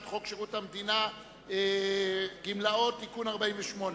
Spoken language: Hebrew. חוק שירות המדינה (גמלאות) (תיקון מס' 48),